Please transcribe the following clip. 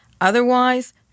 Otherwise